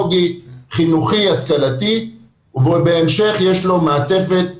פדגוגי-חינוכי-השכלתי ובהמשך יש לו מעטפת טיפולית,